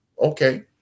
Okay